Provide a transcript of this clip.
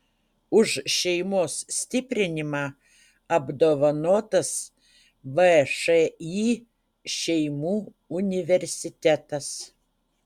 už šeimos stiprinimą apdovanotas všį šeimų universitetas